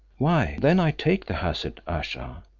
why then i take the hazard, ayesha.